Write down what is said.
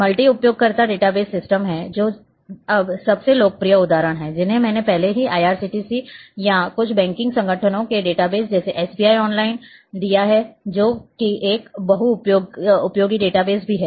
multi उपयोगकर्ता database system हैं जो अब सबसे लोकप्रिय उदाहरण हैं जिन्हें मैंने पहले ही IRCTC या कुछ बैंकिंग संगठनों के डेटाबेस जैसे SBI ऑनलाइन दिया है जो कि एक बहुउपयोगी डेटाबेस भी है